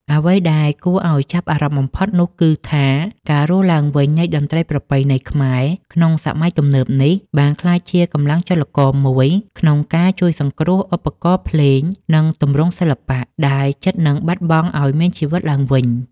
អ្វីដែលគួរឱ្យចាប់អារម្មណ៍បំផុតនោះគឺថា ការរស់ឡើងវិញនៃតន្ត្រីប្រពៃណីខ្មែរក្នុងសម័យទំនើបនេះ បានក្លាយជាកម្លាំងចលករមួយក្នុងការជួយសង្គ្រោះឧបករណ៍ភ្លេង និងទម្រង់សិល្បៈដែលជិតនឹងបាត់បង់ឱ្យមានជីវិតឡើងវិញ។